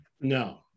No